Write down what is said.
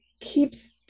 keeps